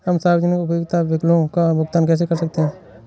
हम सार्वजनिक उपयोगिता बिलों का भुगतान कैसे कर सकते हैं?